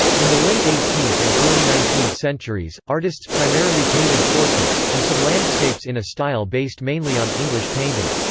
in the late eighteenth and early nineteenth centuries, artists primarily painted portraits, and some landscapes in a style based mainly on english painting.